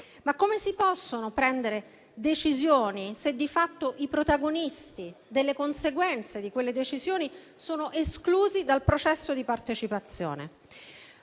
Ma come si possono prendere decisioni se di fatto i protagonisti delle conseguenze di quelle decisioni sono esclusi dal processo di partecipazione?